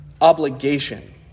obligation